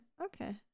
okay